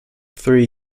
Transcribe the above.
three